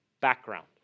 background